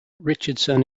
richardson